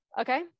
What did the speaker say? Okay